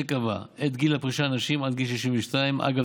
שקבע את גיל הפרישה לנשים על גיל 62. אגב,